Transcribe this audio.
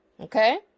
okay